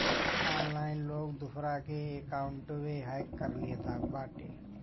online लोग दूसरा के अकाउंटवे हैक कर लेत बाटे